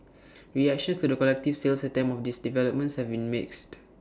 reactions to the collective sales attempt of these developments have been mixed